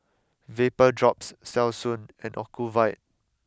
VapoDrops Selsun and Ocuvite